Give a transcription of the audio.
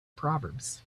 proverbs